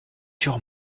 sur